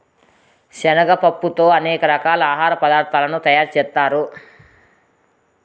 శనగ పప్పుతో అనేక రకాల ఆహార పదార్థాలను తయారు చేత్తారు